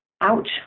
ouch